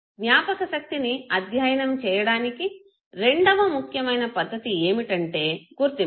జ్ఞాపకశక్తిని అధ్యయనం చేయడానికి రెండవ ముఖ్యమైన పద్ధతి ఏమిటంటే గుర్తింపు